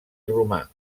romà